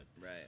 Right